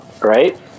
right